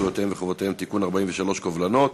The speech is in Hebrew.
זכויותיהם וחובותיהם (תיקון מס' 43) (קובלנות),